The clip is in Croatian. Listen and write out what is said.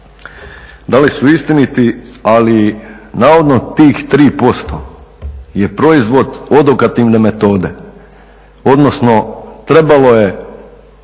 da li su istiniti, ali navodno tih 3% je proizvod odokativne metode, odnosno trebalo je